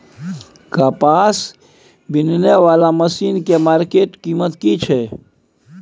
कपास बीनने वाला मसीन के मार्केट कीमत की छै?